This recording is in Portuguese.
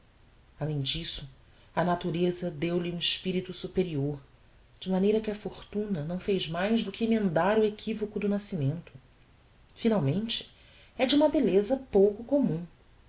além disso a natureza deu-lhe um espirito superior de maneira que a fortuna não fez mais do que emendar o equivoco do nascimento finalmente é de uma belleza pouco commum